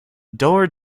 dar